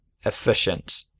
efficient